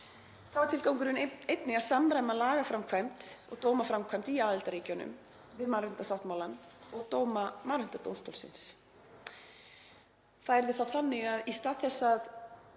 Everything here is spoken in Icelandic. Þá er tilgangurinn einnig að samræma lagaframkvæmd og dómaframkvæmd í aðildarríkjunum við mannréttindasáttmálann og dóma Mannréttindadómstólsins. Það yrði þá þannig að í stað þess að